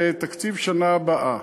לתקציב השנה הבאה.